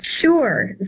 sure